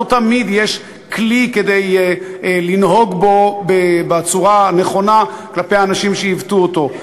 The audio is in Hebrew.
לא תמיד יש כלי כדי לנהוג בו בצורה הנכונה כלפי האנשים שעיוותו אותו.